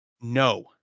No